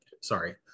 sorry